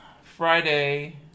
Friday